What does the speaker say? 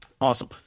Awesome